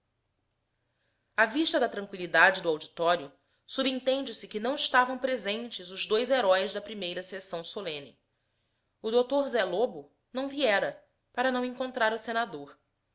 à vista da tranqüilidade do auditório subentende se que não estavam presentes os dois heróis da primeira sessão solene o dr zé lobo não viera para não encontrar o senador